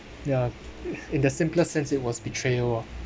yeah in the simplest sense it was betrayal ah